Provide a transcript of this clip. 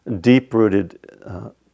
deep-rooted